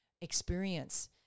experience